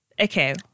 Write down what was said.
Okay